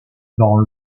dans